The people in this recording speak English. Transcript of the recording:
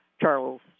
Charles